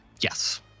Yes